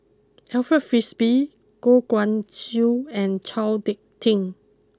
Alfred Frisby Goh Guan Siew and Chao Hick Tin